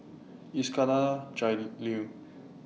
Iskandar Jalil